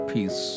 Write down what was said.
Peace